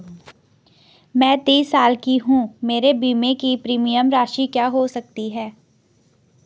मैं तीस साल की हूँ मेरे बीमे की प्रीमियम राशि क्या हो सकती है?